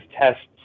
tests